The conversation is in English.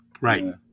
Right